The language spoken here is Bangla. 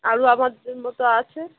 আরো আমাদের মতো আছে